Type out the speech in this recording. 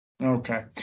Okay